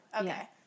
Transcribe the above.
okay